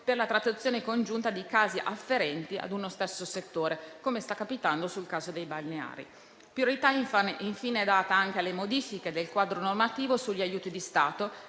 per la trattazione congiunta di casi afferenti ad uno stesso settore, come sta capitando sul caso dei balneari. Priorità è data anche alle modifiche del quadro normativo sugli aiuti di Stato